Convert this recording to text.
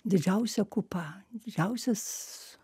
didžiausia kupa didžiausias